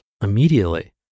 Immediately